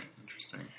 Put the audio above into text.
interesting